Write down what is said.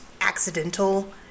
accidental